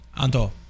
Anto